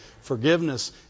Forgiveness